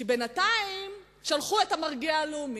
כי בינתיים שלחו את המרגיע הלאומי,